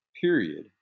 period